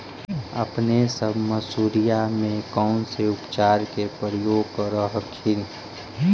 अपने सब मसुरिया मे कौन से उपचार के प्रयोग कर हखिन?